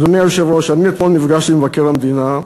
אדוני היושב-ראש, אתמול נפגשתי עם מבקר המדינה.